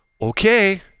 Okay